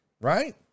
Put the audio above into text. right